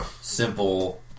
simple